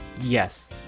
Yes